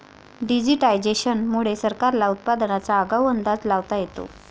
digitisation मुळे सरकारला उत्पादनाचा आगाऊ अंदाज लावता येतो